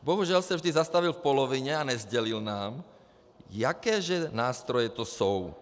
Bohužel se vždy zastavil v polovině a nesdělil nám, jaké že nástroje to jsou.